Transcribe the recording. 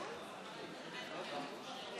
בממשלה לא